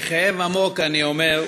בכאב עמוק אני אומר: